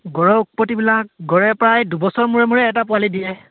গঁড়ৰ উৎপত্তিবিলাক গঁড়ে প্ৰায় দুবছৰৰ মূৰে মূৰে এটা পোৱালি দিয়ে